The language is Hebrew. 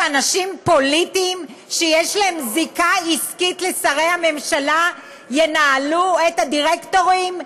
שאנשים פוליטיים שיש להם זיקה עסקית לשרי הממשלה ינהלו את הדירקטורים?